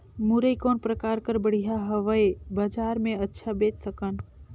मुरई कौन प्रकार कर बढ़िया हवय? बजार मे अच्छा बेच सकन